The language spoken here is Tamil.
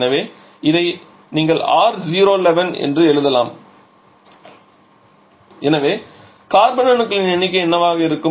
எனவே இதை நீங்கள் R011 என்றும் எழுதலாம் எனவே கார்பன் அணுக்களின் எண்ணிக்கை என்னவாக இருக்கும்